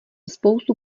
spoustu